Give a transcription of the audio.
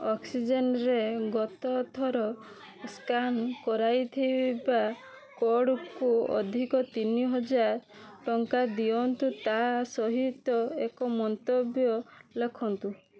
ଅକ୍ସିଜେନରେ ଗତ ଥର ସ୍କାନ ହୋଇଥିବା କୋଡ଼କୁ ଅଧିକ ତିନିହଜାର ଟଙ୍କା ଦିଅନ୍ତୁ ତା ସହିତ ଏକ ମନ୍ତବ୍ୟ ଲେଖନ୍ତୁ